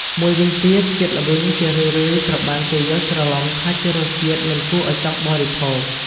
មួយវិញទៀត ជាតិល្វីងជារឿយៗត្រូវបានគេយល់ច្រឡំថាជារសជាតិមិនគួរអោយចង់បរិភោគ។